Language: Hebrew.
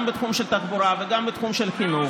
גם בתחום של התחבורה וגם בתחום של החינוך,